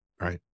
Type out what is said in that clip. Right